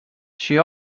she